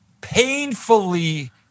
painfully